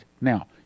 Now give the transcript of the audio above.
now